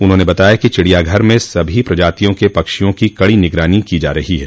उन्होंने बताया कि चिड़ियाघर में सभी प्रजातियों के पक्षियों की कड़ी निगरानी की जा रही है